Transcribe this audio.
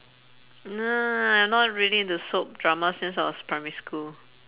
no I'm not really into soap dramas since I was primary school